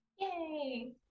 Yay